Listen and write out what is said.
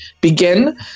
begin